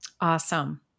Awesome